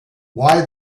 why